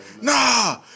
nah